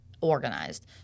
organized